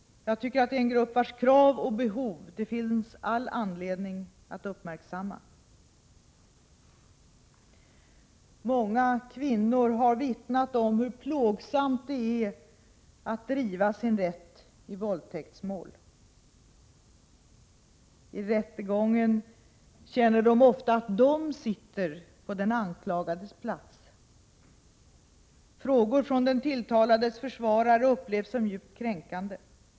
Det är en grupp vars krav och behov det finns all anledning att uppmärksamma. Många kvinnor har vittnat om hur plågsamt det är att driva sin rätt i våldtäktsmål. I rättegången känner de ofta att de sitter på den anklagades plats. Frågor från den tilltalades försvarare upplevs som djupt kränkande.